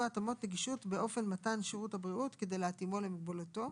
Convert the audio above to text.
התאמות נגישות באופן מתן שירות הבריאות כדי להתאימו למוגבלותו,